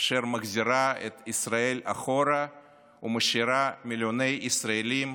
אשר מחזירה את ישראל אחורה ומשאירה מיליוני ישראלים